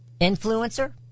Influencer